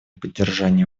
поддержание